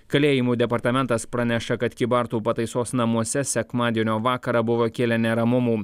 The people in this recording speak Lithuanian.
kalėjimų departamentas praneša kad kybartų pataisos namuose sekmadienio vakarą buvo kilę neramumų